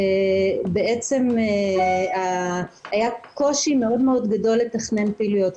בעצם היה קושי מאוד גדול לתכנן פעילויות.